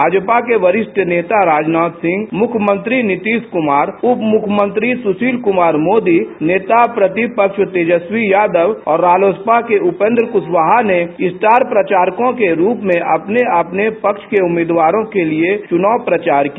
भाजपा के वरिष्ठ नेता राजनाथ सिंह मुख्यमंत्री नीतीश कुमार उपमुख्यमंत्री सुशील कुमार मोदी नेता प्रतिपक्ष तेजस्वी यादव और रालोसपा के उपेंद्र कुशवाहा ने स्टार प्रचारकों के रुप में अपने अपने पक्ष के उम्मीदवारों के लिए चुनाव प्रचार किया